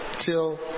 till